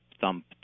thump